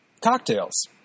Cocktails